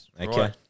Okay